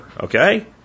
Okay